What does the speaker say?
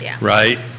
right